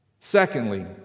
Secondly